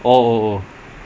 have to